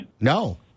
No